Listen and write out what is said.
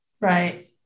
Right